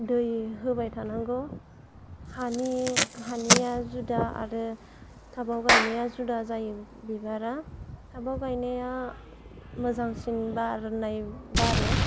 दै होबाय थानांगौ हानि हानिया जुदा आरो टाबाव गायनाया जुदा जायो बिबारा टाबाव गायनाया मोजांसिन बारनाय बारो